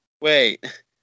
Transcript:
Wait